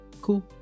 cool